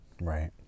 right